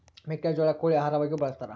ಮೆಕ್ಕೆಜೋಳ ಕೋಳಿ ಆಹಾರವಾಗಿಯೂ ಬಳಸತಾರ